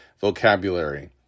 vocabulary